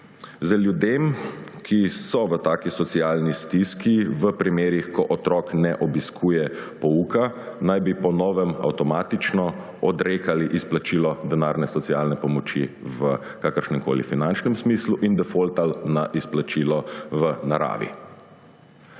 Ljudem, ki so v taki socialni stiski, naj bi v primerih, ko otrok ne obiskuje pouka, po novem avtomatično odrekali izplačilo denarne socialne pomoči v kakršnemkoli finančnem smislu in defaultali na izplačilo v naravi.